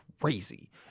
crazy